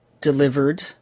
delivered